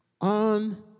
on